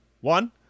One